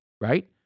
right